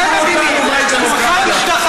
תשמע איך אתה מדבר.